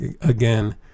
again